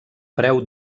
preu